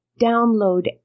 download